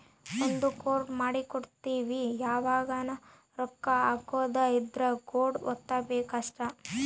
ಒಂದ ಕೋಡ್ ಮಾಡ್ಕೊಂಡಿರ್ತಿವಿ ಯಾವಗನ ರೊಕ್ಕ ಹಕೊದ್ ಇದ್ರ ಕೋಡ್ ವತ್ತಬೆಕ್ ಅಷ್ಟ